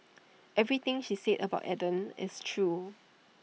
everything she said about Eden is true